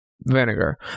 vinegar